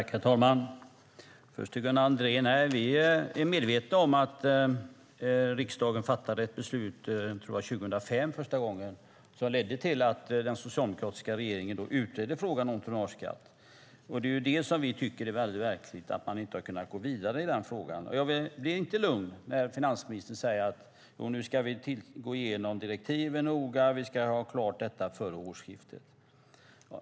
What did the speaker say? Herr talman! Till Gunnar Andrén vill jag säga att vi är medvetna om att riksdagen fattade ett beslut 2005 första gången, tror jag, som ledde till att den socialdemokratiska regeringen då utredde frågan om tonnageskatt. Vi tycker att det är märkligt att man inte har kunnat gå vidare i den frågan. Jag blir inte lugn när finansministern säger: Nu ska vi gå igenom direktiven noga, och vi ska ha detta klart före årsskiftet.